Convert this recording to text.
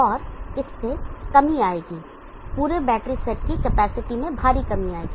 और इससे कमी आएगी पूरे बैटरी सेट की कैपेसिटी में भारी कमी आएगी